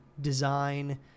design